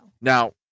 now